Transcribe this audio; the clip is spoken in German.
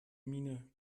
miene